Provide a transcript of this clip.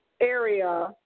area